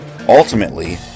Ultimately